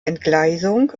entgleisung